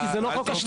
כי זה לא חוק השבות.